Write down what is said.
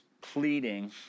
pleading